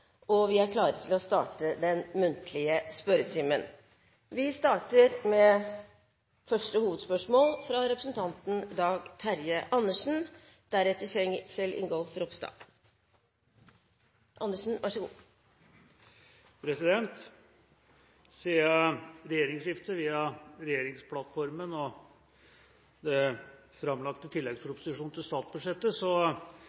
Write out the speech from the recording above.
og vi er klare til å starte den muntlige spørretimen. Vi starter med første hovedspørsmål, fra representanten Dag Terje Andersen. Siden regjeringsskiftet, via regjeringsplattformen og den framlagte